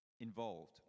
involved